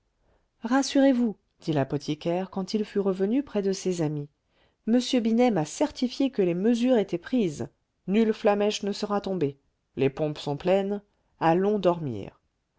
rassurez-vous dit l'apothicaire quand il fut revenu près de ses amis m binet m'a certifié que les mesures étaient prises nulle flammèche ne sera tombée les pompes sont pleines allons dormir